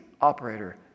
Operator